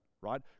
right